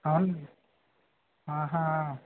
అవును ఆహా